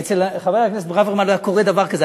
אצל חבר הכנסת ברוורמן לא היה קורה דבר כזה.